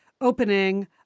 opening